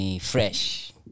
fresh